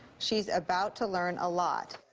she's about to learn a lot.